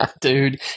Dude